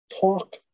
talk